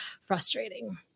frustrating